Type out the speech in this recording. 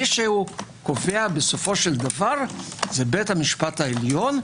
מי שקובע בסופו של דבר זה בית המשפט העליון,